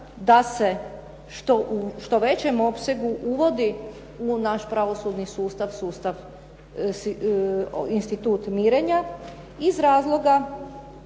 da se u što većem opsegu uvodi u naš pravosudni sustav institut mirenja iz razloga